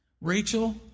Rachel